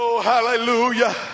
hallelujah